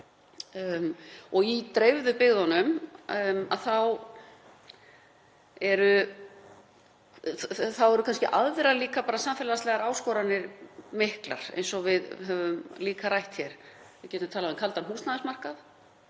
Í dreifðu byggðunum eru kannski líka aðrar miklar samfélagslegar áskoranir eins og við höfum líka rætt hér. Við getum talað um kaldan húsnæðismarkað.